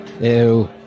Ew